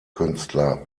künstler